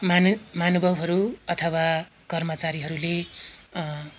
माह महानुभवहरू अथवा कर्मचारीहरूले